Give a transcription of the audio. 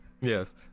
Yes